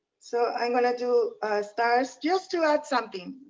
so i'm gonna do stars just to add something.